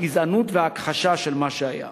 הגזענות וההכחשה של מה שהיה.